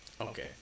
Okay